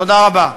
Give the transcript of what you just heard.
תודה רבה.